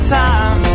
time